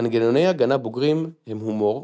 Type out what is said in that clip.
מנגנוני הגנה בוגרים הם הומור,